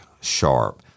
Sharp